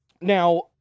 Now